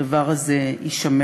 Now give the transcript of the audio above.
הדבר הזה יישמר.